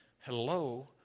Hello